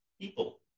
people